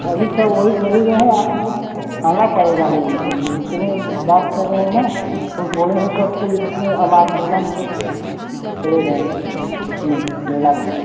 अभी सब वहीं चले गए हैं आपको आना पड़ेगा लेने के लिए इस समय बात कर रहे हैं ना तो बोले हैं सब कि इसमें माघ मेला में सब चले गए हैं इसमें मेला घूमने